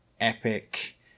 epic